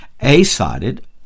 A-sided